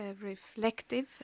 reflective